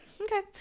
okay